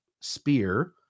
Spear